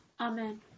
Amen